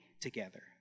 together